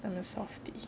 I'm a softy